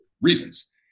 Reasons